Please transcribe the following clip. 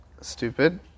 stupid